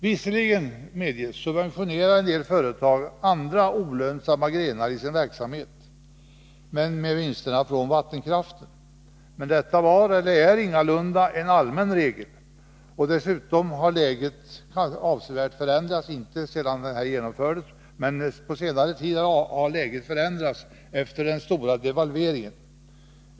Visserligen subventionerade en del företag andra olönsamma grenar i sin verksamhet med vinsterna från vattenkraften, men detta var och är ingalunda en allmän regel, och dessutom har läget avsevärt förändrats — inte sedan skatten infördes men efter den stora devalveringen.